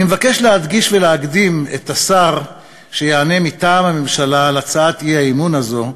אני מבקש לבקש ולהקדים את השר שיענה מטעם הממשלה על הצעת הממשלה הזאת.